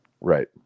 Right